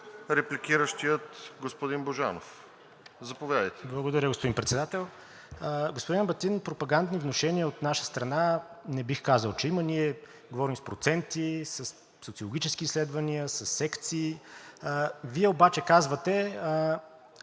репликиращия – господин Божанов. Заповядайте. БОЖИДАР БОЖАНОВ: Благодаря, господин Председател. Господин Ебатин, пропагандни внушения от наша страна не бих казал, че има. Ние говорим с проценти, със социологически изследвания, със секции. Вие обаче казвате: